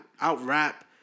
out-rap